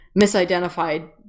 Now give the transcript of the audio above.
misidentified